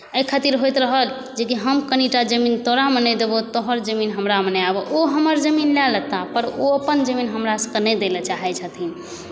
एहि खातिर होइत रहल जेकि हम कनिटा जमीन तोरामे नहि देबौ तोहर जमीन हमरामे नहि आबौ ओ हमर जमीन लए लेता पर ओ अपन जमीन हमरासबके नहि दै लए चाहै छथिन